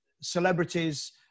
celebrities